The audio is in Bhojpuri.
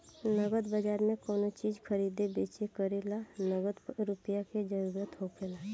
नगद बाजार में कोनो चीज खरीदे बेच करे ला नगद रुपईए के जरूरत होखेला